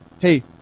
Hey